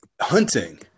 hunting